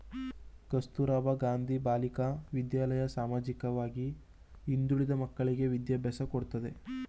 ಕಸ್ತೂರಬಾ ಗಾಂಧಿ ಬಾಲಿಕಾ ವಿದ್ಯಾಲಯ ಸಾಮಾಜಿಕವಾಗಿ ಹಿಂದುಳಿದ ಮಕ್ಕಳ್ಳಿಗೆ ವಿದ್ಯಾಭ್ಯಾಸ ಕೊಡ್ತಿದೆ